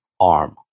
arm